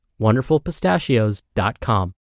WonderfulPistachios.com